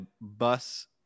bus